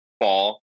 fall